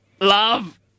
love